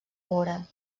vora